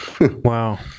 Wow